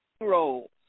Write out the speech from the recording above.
roles